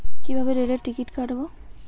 কিভাবে রেলের টিকিট কাটব?